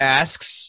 asks